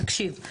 תקשיב,